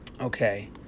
Okay